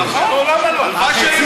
נו, למה לא, החצי